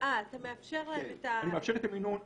אני מאפשר את המינון הנמוך.